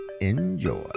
enjoy